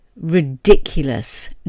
Ridiculous